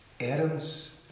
Adams